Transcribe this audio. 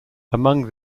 among